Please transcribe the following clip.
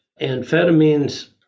amphetamines